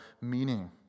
meaning